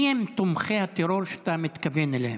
מיהם תומכי הטרור שאתה מתכוון אליהם?